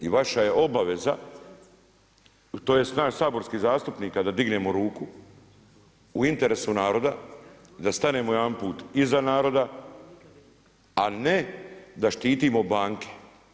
I vaša je obaveza, tj. nas saborskih zastupnika da dignemo ruku u interesu naroda i da stanemo jedanput iza naroda, a ne da štitimo banke.